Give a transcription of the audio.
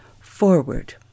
forward